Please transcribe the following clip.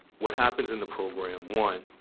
what happens in the program, one,